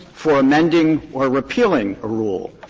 for amending, or repealing a rule.